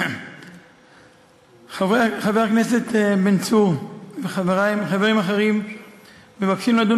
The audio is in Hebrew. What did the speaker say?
חבר הכנסת בן צור וחברים אחרים מבקשים לדון